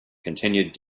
continued